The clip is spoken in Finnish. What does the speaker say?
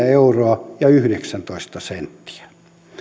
euroa ja yhdeksäntoista senttiä